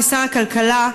כשר הכלכלה,